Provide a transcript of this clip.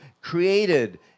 created